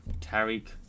Tariq